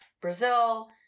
Brazil